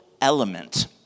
element